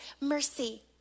mercy